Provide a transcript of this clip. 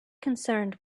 concerned